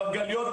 מרגליות,